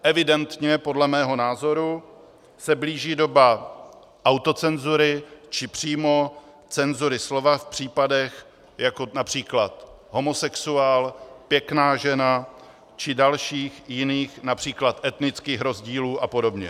Evidentně, podle mého názoru, se blíží doba autocenzury, či přímo cenzury slova v případech, jako například homosexuál, pěkná žena či dalších jiných, například etnických rozdílů, a podobně.